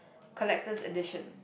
collector's edition